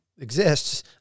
exists